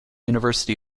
university